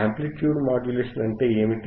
amplitude modulation అంటే ఏమిటి